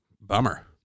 Bummer